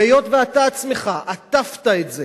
והיות שאתה עצמך עטפת את זה